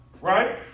Right